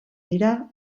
dira